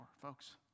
folks